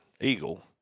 eagle